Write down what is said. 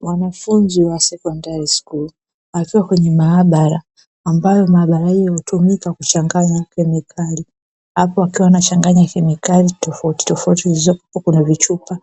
Wanafunzi wa sekondari wakiwa kwenye maabara, ambayo maabara inatumika kushanganya kemikali. Hapo akiwa anashanganya kemikali tofauti tofauti zilizopo kwenye chupa